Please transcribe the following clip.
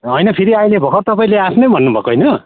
होइन फेरि अहिले भर्खर तपाईँले आफ्नै भन्नुभएको होइन